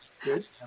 Good